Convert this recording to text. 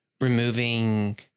removing